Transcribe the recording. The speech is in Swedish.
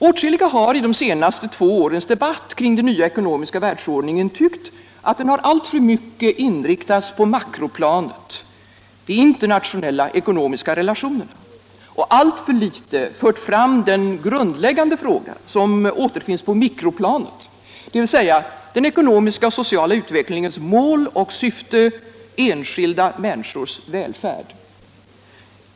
Åtskilliga har i de två senaste årens debatt om den nya ekonomiska världsordningen tyckt att den har alltför mycket inriktats på makroplanet, de internationella relationerna, och alltför litet fört fram den grundläggande frågan, som återfinns på mikroplanet, dvs. den ekonomiska och sociala utvecklingens mål och syfte, enskilda människors välfärd.